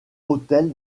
hôtel